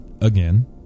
again